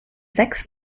sechs